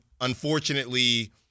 unfortunately